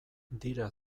dira